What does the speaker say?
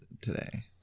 today